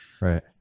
Right